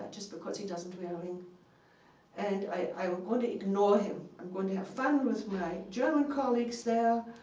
just because he doesn't wear a ring. and i'm going to ignore him. i'm going to have fun with my german colleagues there,